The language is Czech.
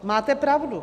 Máte pravdu.